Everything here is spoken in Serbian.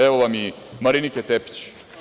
Evo, vam i Marinike Tepić.